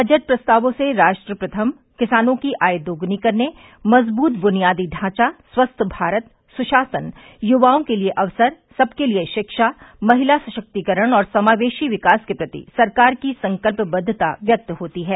budget प्रस्तावों से राष्ट्र प्रथम किसानों की आय दोगुनी करने मजबूत बुनियादी ढांचा स्वस्थ भारत सुशासन यूवाओं के लिए अवसर सबके लिए शिक्षा महिला सशक्तिकरण और समावेशी विकास के प्रति सरकार की संकल्पबद्धता व्यक्त होती है